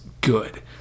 good